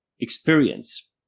experience